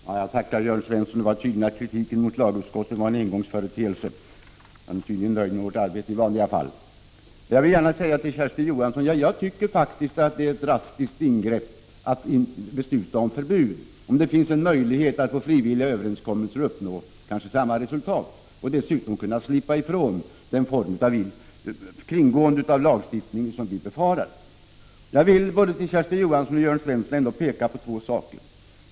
Fru talman! Jag tackar Jörn Svensson för att han sade att kritiken mot lagutskottet var en engångsföreteelse. Han är tydligen nöjd med vårt arbete i vanliga fall. Till Kersti Johansson vill jag gärna säga att jag tycker faktiskt att det är ett drastiskt ingrepp att besluta om förbud, om det finns en möjlighet att med frivilliga överenskommelser uppnå samma resultat och dessutom slippa ifrån det kringgående av lagstiftningen som vi befarar. Jag vill ändå för Kersti Johansson och Jörn Svensson peka på två saker.